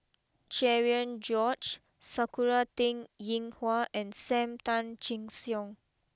Cherian George Sakura Teng Ying Hua and Sam Tan Chin Siong